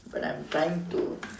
but I'm trying to